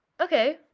Okay